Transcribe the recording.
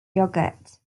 yogurt